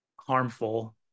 harmful